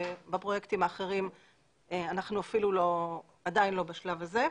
בפרויקטים האחרים אנחנו עדיין לא בשלב הזה.